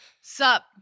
sup